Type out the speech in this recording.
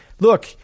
Look